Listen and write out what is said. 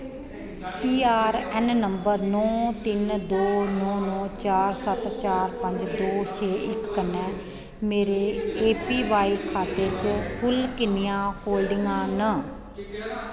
P R A N number नौ तिन दो नौ नौ चार सत्त चार पंज दो छे इक कन्नै मेरे ए पी वाई खाते च कुल किन्नियां होल्डिंगां न